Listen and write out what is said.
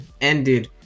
ended